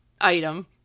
item